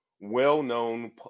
well-known